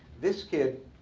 this kid,